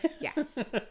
Yes